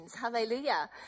Hallelujah